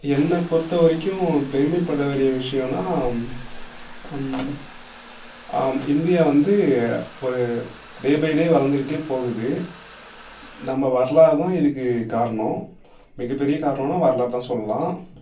என்னை பொறுத்தவரைக்கும் பெருமை பட வேண்டிய விஷயனா இந்தியா வந்து ஒரு டே பை டே வளர்ந்துக்கிட்டே போகுது நம்ம வரலாறு தான் இதுக்கு காரணம் மிக பெரிய காரணனா வரலாறு தான் சொல்லலாம்